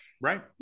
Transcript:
Right